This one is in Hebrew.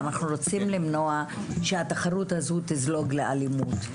ואנחנו רוצים למנוע שהתחרות הזו תזלוג לאלימות.